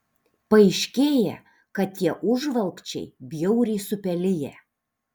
paaiškėja kad tie užvalkčiai bjauriai supeliję